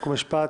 חוק ומשפט,